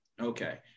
okay